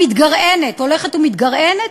המתגרענת, ההולכת ומתגרענת,